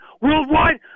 worldwide